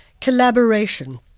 collaboration